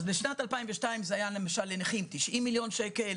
אז בשנת 2002 זה היה לנכים למשל 90 מיליון שקל.